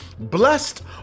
Blessed